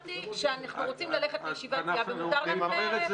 אמרתי שאנחנו רוצים ללכת לישיבת סיעה ומותר לנו להיערך.